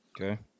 Okay